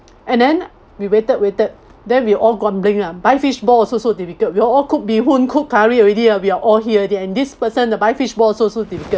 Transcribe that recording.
and then we waited waited there we all grumbling lah buy fish ball also so difficult we all cook bee hoon cook curry already ah we're all here already and this person that buy fish balls also so difficult